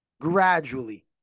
gradually